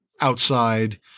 outside